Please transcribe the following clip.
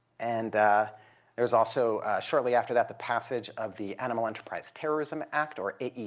and there was also, shortly after that, the passage of the animal enterprise terrorism act, or aeta,